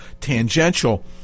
tangential